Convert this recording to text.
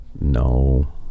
no